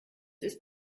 ist